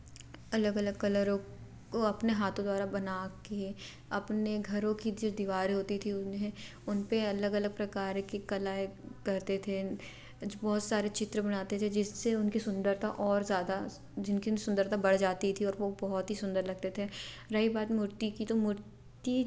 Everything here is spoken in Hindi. अलग अलग कलरों को अपने हाथो द्वारा बना कर अपने घरों की जो दीवारें होती थी उन्हें उन पर अलग अलग प्रकार की कलाएँ करते थे जो बहुत सारे चित्र बनाते थे जिससे उनकी सुंदरता और ज़्यादा जिनकी न सुंदरता बढ़ जाती थी और वे बहुत ही सुंदर लगते थे रही बात मूर्ति की तो मूर्ति